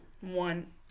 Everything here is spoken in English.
One